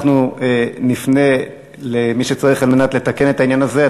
אנחנו נפנה למי שצריך על מנת לתקן את הדבר הזה.